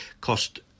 cost